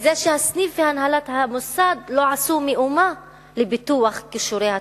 וזה שהסניף והנהלת המוסד לא עשו מאומה לפיתוח כישורי הצוות.